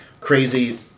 crazy